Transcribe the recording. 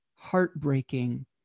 heartbreaking